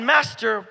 Master